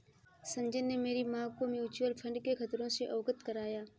संजय ने मेरी मां को म्यूचुअल फंड के खतरों से अवगत कराया